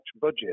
budget